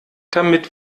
damit